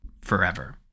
forever